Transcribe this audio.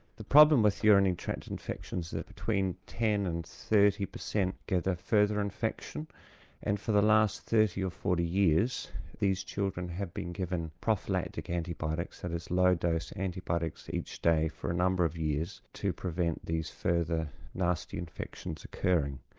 the problem with urinary tract infections is that between ten percent and thirty percent get a further infection and for the last thirty or forty years these children have been given prophylactic antibiotics, that is low-dose antibiotics each day for a number of years to prevent these further nasty infections occurring.